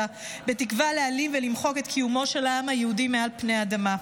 בתקווה להעלים ולמחוק את קיומו של העם היהודי מעל פני האדמה.